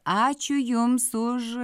ačiū jums už